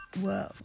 Whoa